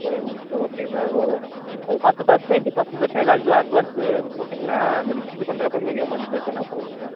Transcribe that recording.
five metre okay sir ஒ ஒரு பத்து பர்சண்டேஜ் பத்து பர்சண்டேஜ் அட்வா அட்வான்ஸ் போட்டீங்கன்னா இந்த மாதிரி ரிஜிஸ்டர் பண்றப்போ மீதி அமௌண்ட் பே பண்ணிணா போதும் சார்